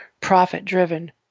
profit-driven